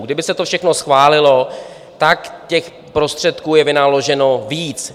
Kdyby se to všechno schválilo, těch prostředků je vynaloženo víc.